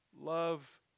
love